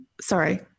sorry